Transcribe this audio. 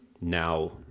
now